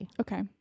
okay